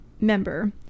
member